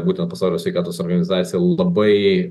būtent pasaulio sveikatos organizacija labai